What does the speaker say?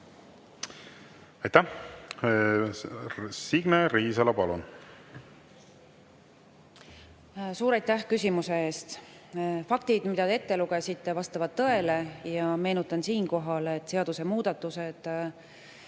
Aitäh! Signe Riisalo, palun! Suur aitäh küsimuse eest! Faktid, mida te ette lugesite, vastavad tõele. Meenutan siinkohal, et seadusemuudatused,